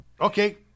Okay